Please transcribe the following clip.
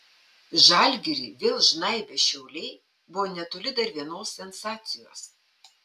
žalgirį vėl žnaibę šiauliai buvo netoli dar vienos sensacijos